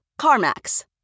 CarMax